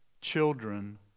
children